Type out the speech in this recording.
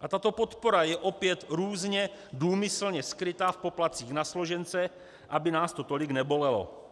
A tato podpora je opět různě důmyslně skryta v poplatcích na složence, aby nás to tolik nebolelo,